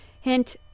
Hint